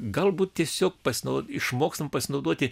galbūt tiesiog pasinaudoti išmokstam pasinaudoti